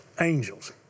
Angels